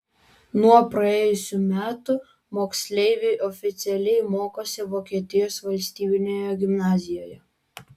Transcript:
nuo praėjusių metų moksleiviai oficialiai mokosi vokietijos valstybinėje gimnazijoje